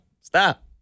Stop